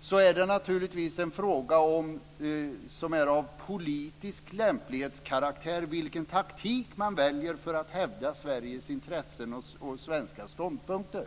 så är det naturligtvis en fråga av politisk lämplighetskaraktär vilken taktik man väljer för att hävda Sveriges intressen och svenska ståndpunkter.